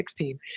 2016